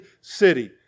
city